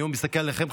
ואני מסתכל עליכם,